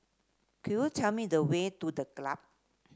could you tell me the way to The Club